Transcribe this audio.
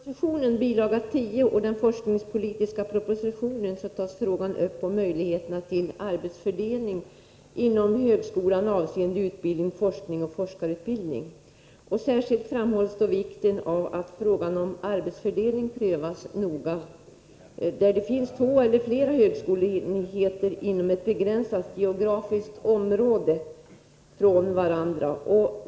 Herr talman! I budgetpropositionen, bil. 10, och den forskningspolitiska propositionen tas frågan upp om möjligheterna till arbetsfördelning inom högskolan avseende utbildning, forskning och forskarutbildning. Särskilt framhålls då vikten av att frågan om arbetsfördelning prövas noga, där det finns två eller flera högskoleenheter inom ett begränsat geografiskt område.